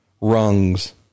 rungs